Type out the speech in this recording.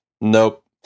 Nope